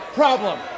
problem